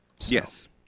Yes